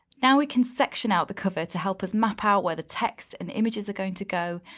now we can section out the cover to help us map out where the text and images are going to go.